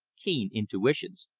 keen intuitions.